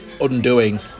undoing